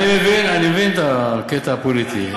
אני מבין את הקטע הפוליטי.